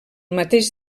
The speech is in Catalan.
mateix